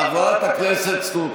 חברת הכנסת סטרוק,